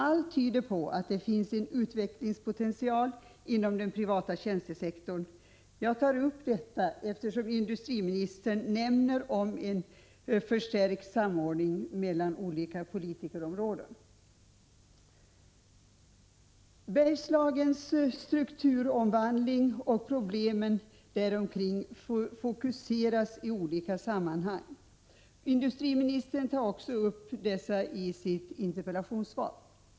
Allt tyder på att det finns en utvecklingspotential inom den privata tjänstesektorn. Jag tar upp detta eftersom industriministern talar om en förstärkt samordning mellan olika politikområden. Bergslagens strukturomvandling och problemen däromkring fokuseras i olika sammanhang. Industriministern tar också upp dessa i sitt interpellationssvar.